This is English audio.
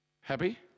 Happy